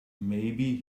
maybe